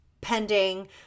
pending